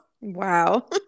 Wow